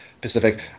Pacific